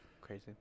crazy